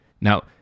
Now